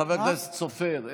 חבר הכנסת סופר,